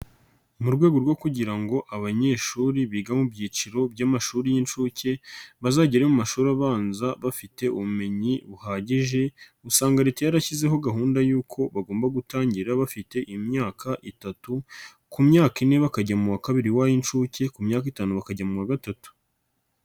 Mu rwego rwo kugira ngo abanyeshuri biga mu byiciro by'amashuri y'inshu, bazagere mu mashuri abanza bafite ubumenyi buhagije, usanga leta yarashyizeho gahunda y'uko bagomba gutangira bafite imyaka itatu, ku myaka ine bakajya mu wa kabiri w'ay'inshuke, ku myaka itanu bakajya mu wa gatatu.